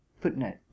footnote